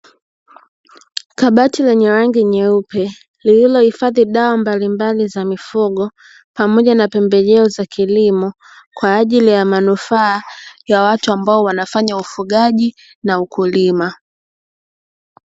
Kabati lenye rangi yeupe lililohifadhi dawa mbalimbali za mifugo pamoja na pembejeo za kilimo, kwa ajili ya manufaa ya watu ambao wanafanya ufugaji na ukulima.